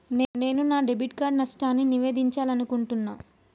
నేను నా debit card నష్టాన్ని నివేదించాలనుకుంటున్నా